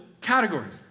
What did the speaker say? categories